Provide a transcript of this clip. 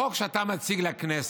החוק הזה שאתה מציג לכנסת